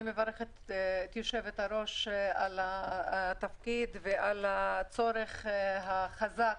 אני מברכת את יושבת-ראש הוועדה על התפקיד ועל הצורך החזק,